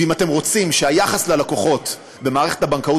ואם אתם רוצים שהיחס ללקוחות במערכת הבנקאות